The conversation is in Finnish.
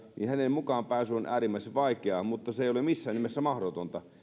mukaanpääsy on äärimmäisen vaikeaa mutta se ei ole missään nimessä mahdotonta